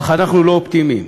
אך אנחנו לא אופטימיים.